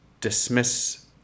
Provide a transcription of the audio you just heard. dismiss